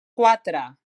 quatre